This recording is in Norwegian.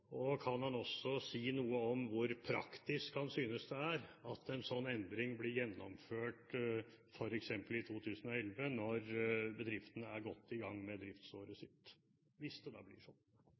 Og kan han også si noe om hvor praktisk han synes det er at en slik endring blir gjennomført f.eks. i 2011 når bedriftene er godt i gang med driftsåret sitt, hvis de da blir